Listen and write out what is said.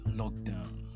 lockdown